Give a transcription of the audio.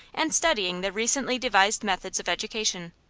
and studying the recently devised methods of education.